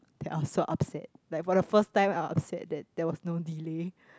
that I was so upset like for the first time I was upset that there was no delay